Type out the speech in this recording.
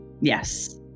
Yes